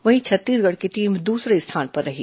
वहीं छत्तीसगढ़ की टीम दूसरे स्थान पर रही